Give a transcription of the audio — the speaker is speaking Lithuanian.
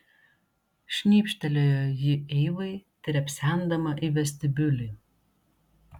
šnipštelėjo ji eivai trepsendama į vestibiulį